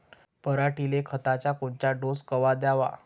पऱ्हाटीले खताचा कोनचा डोस कवा द्याव?